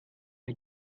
die